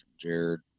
Jared